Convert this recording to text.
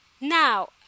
Now